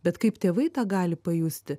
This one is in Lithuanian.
bet kaip tėvai tą gali pajusti